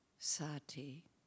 Sati